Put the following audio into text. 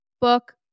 book